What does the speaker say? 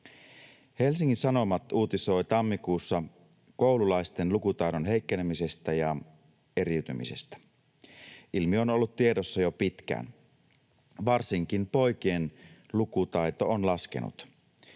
Helsingin Sanomat uutisoi tammikuussa koululaisten lukutaidon heikkenemisestä ja eriytymisestä. Ilmiö on ollut tiedossa jo pitkään. Varsinkin poikien lukutaito on laskenut.